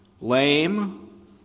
lame